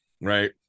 right